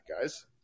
guys